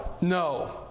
No